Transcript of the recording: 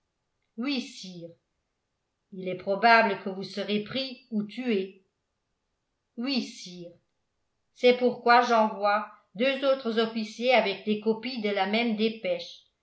il est probable que vous serez pris ou tué oui sire c'est pourquoi j'envoie deux autres officiers avec des copies de la même dépêche